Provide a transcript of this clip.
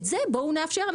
את זה בואו נאפשר לה,